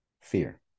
Fear